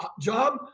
job